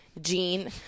gene